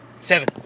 seven